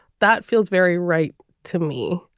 that feels very right to me.